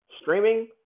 streaming